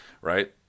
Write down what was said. right